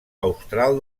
austral